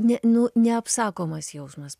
ne nu neapsakomas jausmas